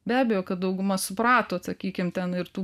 be abejo kad dauguma suprato sakykim ten ir tų